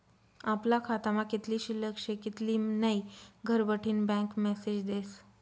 आपला खातामा कित्ली शिल्लक शे कित्ली नै घरबठीन बँक मेसेज देस